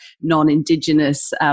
non-Indigenous